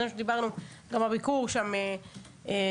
זה גם מה שדיברנו בביקור עם נאוה.